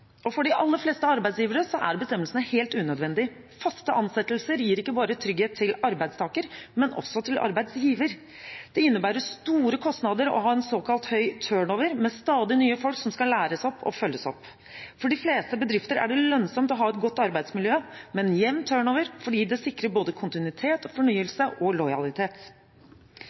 og for de aller fleste arbeidsgivere er bestemmelsene helt unødvendige. Faste ansettelser gir ikke bare trygghet til arbeidstaker, men også til arbeidsgiver. Det innebærer store kostnader å ha en såkalt høy turnover med stadig nye folk som skal læres opp og følges opp. For de fleste bedrifter er det lønnsomt å ha et godt arbeidsmiljø, med en jevn turnover, fordi det sikrer både kontinuitet, fornyelse og lojalitet.